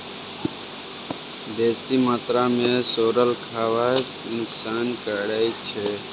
बेसी मात्रा मे सोरल खाएब नोकसान करै छै